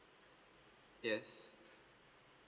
yes